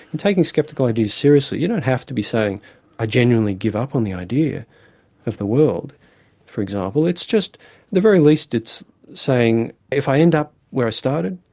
and taking sceptical ideas seriously, you don't have to be saying i genuinely give up on the idea of the world for example, it's just the very least it's saying, if i end up where i started,